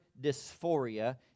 dysphoria